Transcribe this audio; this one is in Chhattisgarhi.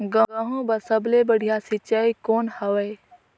गहूं बर सबले बढ़िया सिंचाई कौन हवय?